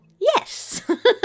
Yes